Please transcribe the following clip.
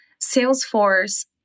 Salesforce